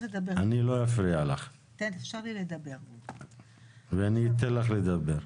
אני לא אפריע לך ואתן לך לדבר.